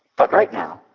but right now.